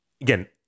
again